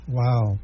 wow